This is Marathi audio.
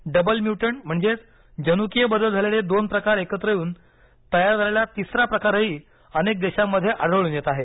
डबल म्युटंट म्हणजे जनुकीय बदल झालेले दोन प्रकार एकत्र येऊन तयार झालेला तिसरा प्रकारही अनेक देशांमध्ये आढळून येत आहे